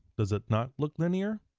does it not look linear?